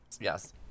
Yes